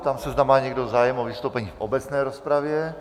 Ptám se, zda má někdo zájem o vystoupení v obecné rozpravě.